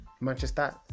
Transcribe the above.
Manchester